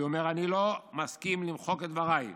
והוא אומר: אני לא מסכים למחוק את דבריי.